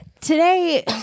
today